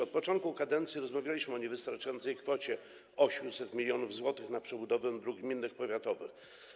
Od początku kadencji rozmawialiśmy o niewystarczającej kwocie, o 800 mln zł na przebudowę dróg gminnych i powiatowych.